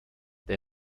der